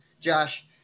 Josh